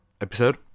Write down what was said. episode